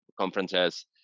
conferences